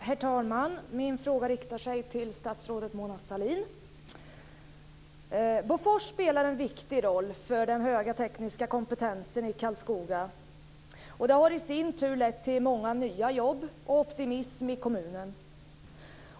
Herr talman! Min fråga riktar sig till statsrådet Mona Sahlin. Bofors spelar en viktig roll för den höga tekniska kompetensen i Karlskoga, som i sin tur har lett till många nya jobb och till optimism i kommunen.